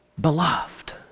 beloved